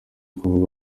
kuvugwa